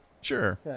sure